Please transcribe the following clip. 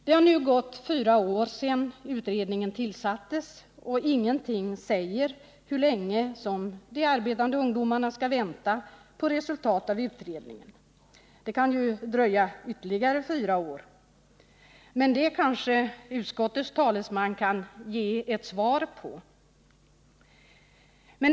Det har nu gått fyra år sedan utredningen tillsattes, och ingenting säger hur länge de arbetande ungdomarna skall vänta på resultat av utredningen. Det kan ju dröja ytterligare fyra år, men det kanske utskottets talesman kan ge ett svar på.